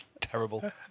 terrible